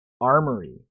Armory